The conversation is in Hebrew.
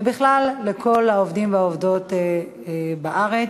ובכלל לכל העובדים והעובדות הסוציאליים בארץ.